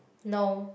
no